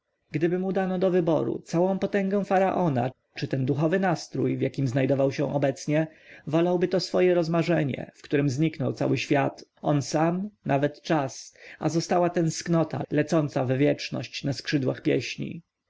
gdyby mu dano do wyboru całą potęgę faraona czy ten duchowy nastrój w jakim znajdował się obecnie wolałby swoje rozmarzenie w którem zniknął cały świat on sam nawet czas a została tęsknota lecąca w wieczność na skrzydłach pieśni